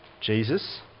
Jesus